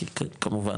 כי כמובן,